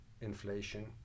inflation